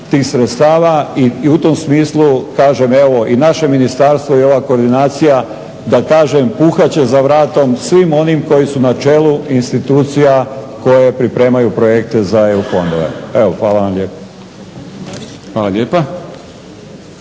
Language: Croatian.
tih sredstava. I u tom smislu kažem evo i naše ministarstvo i ova koordinacija da kažem puhat će za vratom svim onim koji su na čelu institucija koje pripremaju projekte za EU fondove. Hvala lijepa.